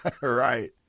Right